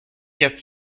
quatre